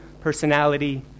personality